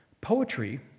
poetry